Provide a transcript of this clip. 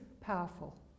powerful